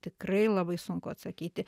tikrai labai sunku atsakyti